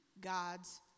God's